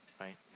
right